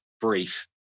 brief